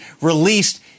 released